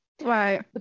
Right